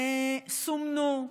סומנו,